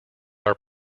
are